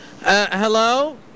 Hello